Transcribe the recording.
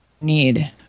need